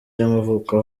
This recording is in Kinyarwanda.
y’amavuko